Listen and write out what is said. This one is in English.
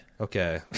Okay